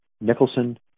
Nicholson